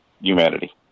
humanity